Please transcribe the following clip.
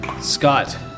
Scott